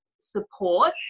support